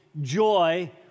joy